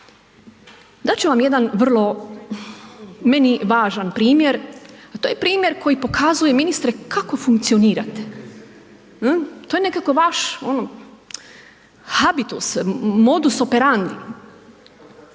Dati ću vam jedan vrlo, meni važan primjer a to je primjer koji pokazuje ministre kako funkcionirate, to je nekako vaš, ono habitus, modus operandi.